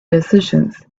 decisions